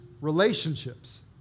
relationships